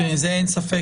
לא, בזה אין ספק.